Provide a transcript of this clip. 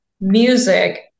music